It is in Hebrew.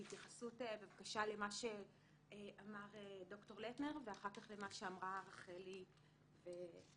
בהתייחסות בבקשה למה שאמר ד"ר לטנר ואחר כך למה שאמרו רחלי ויהודה.